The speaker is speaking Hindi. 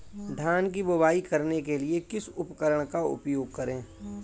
धान की बुवाई करने के लिए किस उपकरण का उपयोग करें?